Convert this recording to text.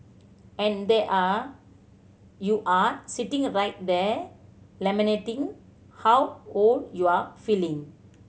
and there are you are sitting right there lamenting how old you're feeling